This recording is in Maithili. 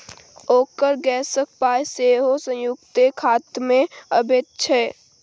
ओकर गैसक पाय सेहो संयुक्ते खातामे अबैत छै